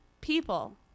people